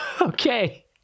Okay